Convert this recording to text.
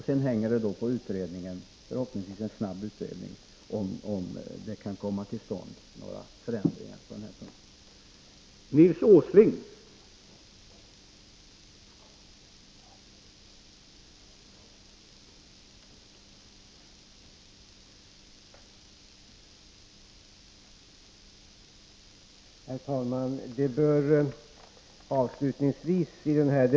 Sedan hänger det på utredningen — förhoppningsvis en snabb sådan — om några förändringar på denna punkt kan komma till stånd.